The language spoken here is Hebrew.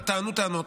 וטענו טענות.